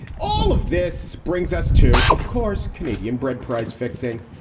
all of this brings us to, of course, canadian bread price fixing.